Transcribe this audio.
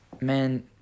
man